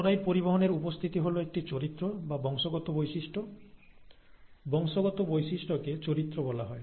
chloride পরিবহনের উপস্থিতি হল একটি চরিত্র বা বংশগত বৈশিষ্ট্য বংশগত বৈশিষ্ট্যকে চরিত্র বলা হয়